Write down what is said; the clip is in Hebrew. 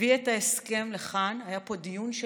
הביא את ההסכם לכאן, היה פה דיון של